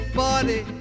body